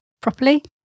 properly